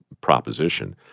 proposition